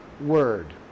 word